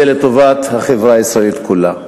זה לטובת החברה הישראלית כולה.